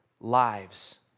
lives